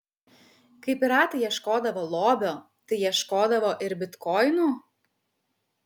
kai piratai ieškodavo lobio tai ieškodavo ir bitkoinų